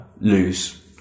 lose